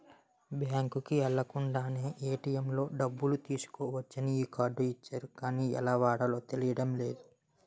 బాంకుకి ఎల్లక్కర్లేకుండానే ఏ.టి.ఎం లో డబ్బులు తీసుకోవచ్చని ఈ కార్డు ఇచ్చారు గానీ ఎలా వాడాలో తెలియడం లేదు